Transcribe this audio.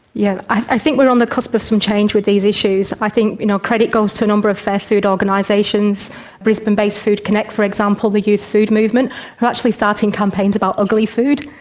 yeah i think we're on the cusp of some change with these issues i think, you know, credit goes to a number of fair food organisations brisbane-based food connect, for example, the youth food movement, who are actually starting campaigns about ugly food,